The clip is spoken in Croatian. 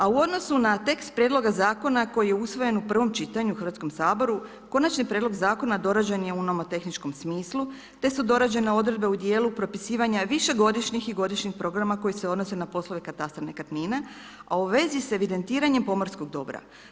A u odnosu na tekst prijedloga zakona koji je usvojen u prvom čitanju u Hrvatskom saboru, konačni prijedlog zakona dorađen je u nomotehničkom smislu te su dorađene odredbe u dijelu propisivanja višegodišnjih i godišnjih programa koji se odnose na poslove katastra nekretnine, a u vezi s evidentiranjem pomorskog dobra.